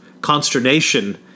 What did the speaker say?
consternation